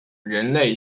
人类